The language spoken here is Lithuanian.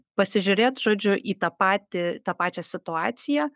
pasižiūrėt žodžiu į tą patį tą pačią situaciją